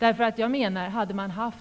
Om